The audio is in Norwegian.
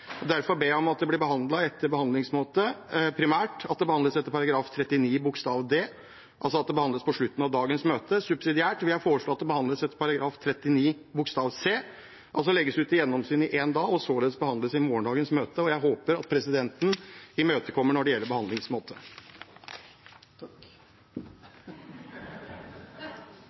og bedrifter som er i ferd med å gå over ende – folk er permittert. Derfor ber jeg primært om at forslaget blir behandlet etter § 39 d i forretningsordenen, altså at det behandles på slutten av dagens møte. Subsidiært vil jeg foreslå at det behandles etter § 39 c, altså at det legges ut til gjennomsyn i én dag og således behandles i morgensdagens møte. Jeg håper at presidenten er imøtekommende når det gjelder